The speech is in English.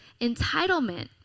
Entitlement